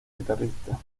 guitarrista